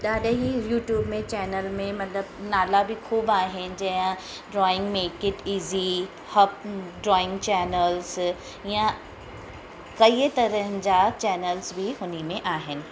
ॾाढे हीअ यूट्यूब में चैनल में मतिलबु नाला बि ख़ूबु आहिनि जीअं ड्रॉइंग में kid easy hub drawing channels या कईअ तरहनि जा चैनल्स बि हुन में आहिनि